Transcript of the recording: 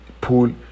pool